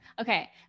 Okay